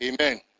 Amen